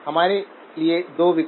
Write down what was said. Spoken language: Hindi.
हमारे लिए दो विकल्प